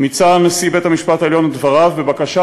מיצה נשיא בית-המשפט העליון את דבריו בבקשה